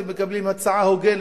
אתם מקבלים הצעה הוגנת,